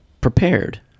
Prepared